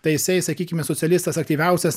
tai jisai sakykime socialistas aktyviausias